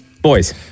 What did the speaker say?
Boys